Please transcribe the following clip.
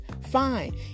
fine